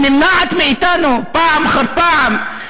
היא נמנעת מאתנו, פעם אחר פעם.